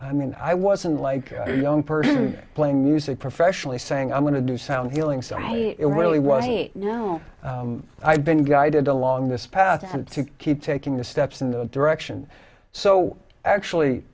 i mean i wasn't like a young person playing music professionally saying i'm going to do sound healing so it really was i've been guided along this path and to keep taking the steps in the direction so actually